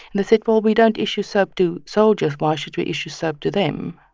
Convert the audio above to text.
and they said, well, we don't issue soap to soldiers. why should we issue soap to them?